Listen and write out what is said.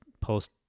post